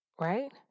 right